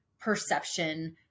perception